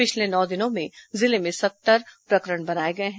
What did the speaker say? पिछले नौ दिनों में जिले में सत्तर प्रकरण बनाए गए हैं